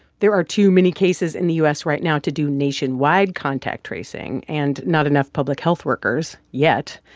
there are too many cases in the u s. right now to do nationwide contact tracing and not enough public health workers yet,